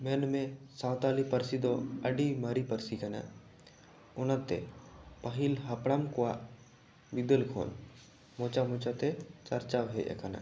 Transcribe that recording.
ᱢᱮᱱ ᱢᱮ ᱥᱟᱱᱛᱟᱲᱤ ᱯᱟᱹᱨᱥᱤ ᱫᱚ ᱟᱹᱰᱤ ᱢᱟᱨᱮ ᱯᱟᱹᱨᱥᱤ ᱠᱟᱱᱟ ᱚᱱᱟᱛᱮ ᱯᱟᱹᱦᱤᱞ ᱦᱟᱯᱲᱟᱢ ᱠᱚᱣᱟᱜ ᱵᱤᱫᱟᱹᱞ ᱠᱷᱚᱱ ᱢᱚᱪᱟ ᱢᱚᱪᱟ ᱛᱮ ᱪᱟᱨᱪᱟᱣ ᱦᱮᱡ ᱟᱠᱟᱱᱟ